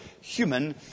human